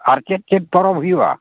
ᱟᱨ ᱪᱮᱫ ᱪᱮᱫ ᱯᱚᱨᱚᱵᱽ ᱦᱩᱭᱩᱜ ᱟ